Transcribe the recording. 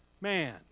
man